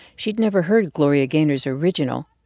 she'd never heard gloria gaynor's original,